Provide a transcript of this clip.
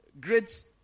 great